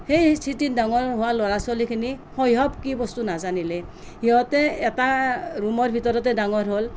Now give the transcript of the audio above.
সেই চিটিত ডাঙৰ হোৱা ল'ৰা ছোৱালীখিনি শৈশৱ কি বস্তু নাজানিলে সিহঁতে এটা ৰুমৰ ভিতৰতে ডাঙৰ হ'ল